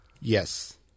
Yes